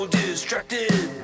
distracted